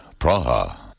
Praha